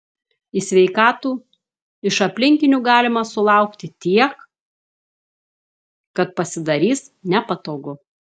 į sveikatų iš aplinkinių galima sulaukti tiek kad pasidarys nepatogu